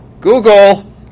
Google